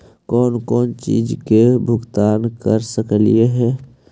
कौन कौन चिज के भुगतान कर सकली हे?